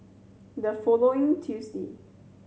the following Tuesday